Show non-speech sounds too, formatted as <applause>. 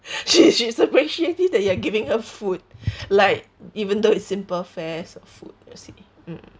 <laughs> she's she's appreciative that you are giving her food like even though it's simple fares of food you see mm